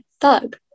thug